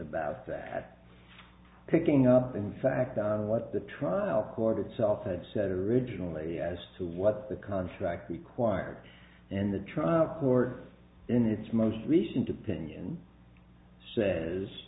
about that at picking up in fact on what the trial court itself had said originally as to what the contract required and the trial court in its most recent opinion says